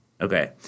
Okay